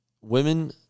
women